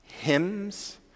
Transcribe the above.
hymns